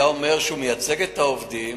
היה אומר שהוא מייצג את העובדים,